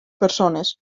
persones